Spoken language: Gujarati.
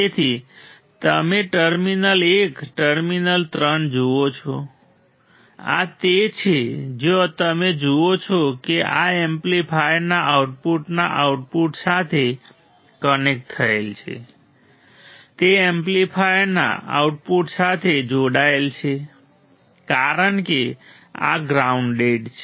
તેથી તમે ટર્મિનલ 1 ટર્મિનલ 3 જુઓ છો આ તે છે જ્યાં તમે જુઓ છો કે આ એમ્પ્લીફાયરના આઉટપુટના આઉટપુટ સાથે કનેક્ટ થયેલ છે તે એમ્પ્લીફાયરના આઉટપુટ સાથે જોડાયેલ છે કારણ કે આ ગ્રાઉન્ડેડ છે